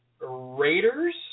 Raiders